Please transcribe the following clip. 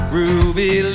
ruby